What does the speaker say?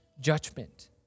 judgment